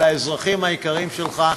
לאזרחים היקרים שלך,